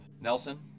Nelson